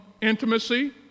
intimacy